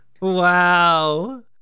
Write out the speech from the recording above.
Wow